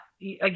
again